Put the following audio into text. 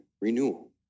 renewal